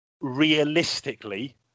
realistically